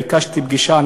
ביקשתי פגישה,